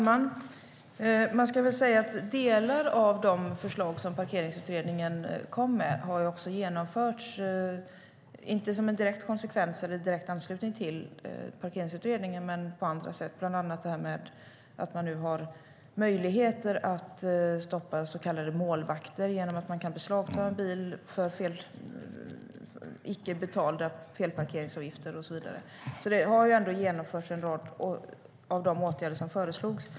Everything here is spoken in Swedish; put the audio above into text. Herr talman! Delar av de förslag som Parkeringsutredningen kom med har genomförts, inte som en direkt konsekvens av eller i direkt anslutning till Parkeringsutredningen men på andra sätt. Bland annat har man nu möjligheter att stoppa så kallade målvakter genom att man kan beslagta en bil för icke betalda felparkeringsavgifter och så vidare. En rad av de åtgärder som föreslogs har alltså vidtagits.